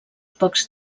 pocs